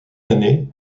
année